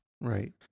Right